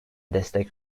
destek